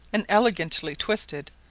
and elegantly twisted,